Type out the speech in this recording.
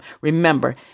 Remember